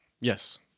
yes